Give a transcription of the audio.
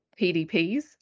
PDPs